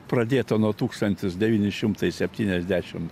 pradėta nuo tūkstantis devyni šimtai septyniasdešimt